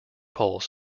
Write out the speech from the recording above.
pole